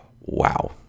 wow